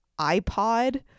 iPod